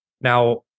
now